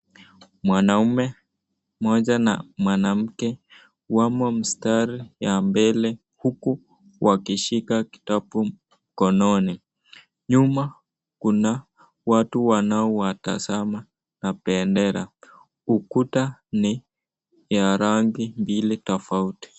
Mwanaume mmoja na mwanake wamo mstari ya mbele huku wakishika kitabu mkononi. Nyuma kuna watu wanowatazama na bendera. Ukuta ni ya rangi mbili tofauti.